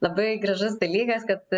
labai gražus dalykas kad